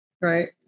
Right